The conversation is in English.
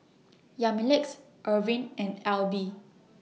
Yamilex Erving and Alby